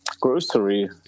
grocery